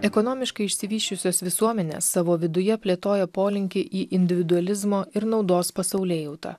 ekonomiškai išsivysčiusios visuomenės savo viduje plėtoja polinkį į individualizmo ir naudos pasaulėjautą